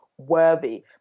worthy